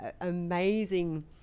amazing